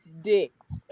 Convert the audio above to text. dicks